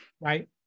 right